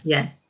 Yes